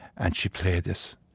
and she played this.